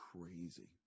crazy